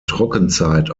trockenzeit